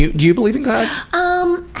you you believe in god? um,